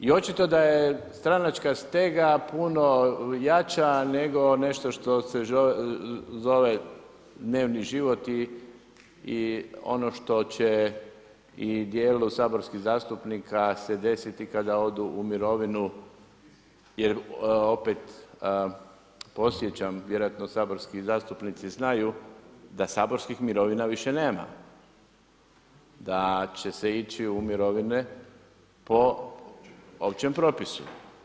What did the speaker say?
I očito da je stranačka stega puno jača nego nešto što se zove dnevni život i ono što će i dijelu saborskih zastupnika se desiti kada odu u mirovinu jer opet podsjećam, vjerojatno saborski zastupnici znaju da saborskih mirovina više nema, da će se ići u mirovine po općem propisu.